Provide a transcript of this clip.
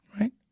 right